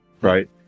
right